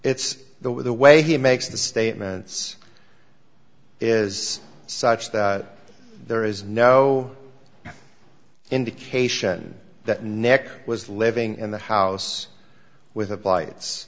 with the way he makes the statements is such that there is no indication that nick was living in the house with a blights